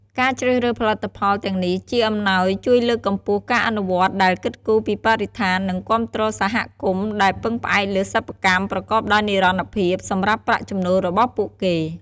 ការជ្រើសរើសផលិតផលទាំងនេះ ជាអំណោយជួយលើកកម្ពស់ការអនុវត្តដែលគិតគូរពីបរិស្ថាន និងគាំទ្រសហគមន៍ដែលពឹងផ្អែកលើសិប្បកម្មប្រកបដោយនិរន្តរភាពសម្រាប់ប្រាក់ចំណូលរបស់ពួកគេ។